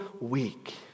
weak